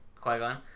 Qui-Gon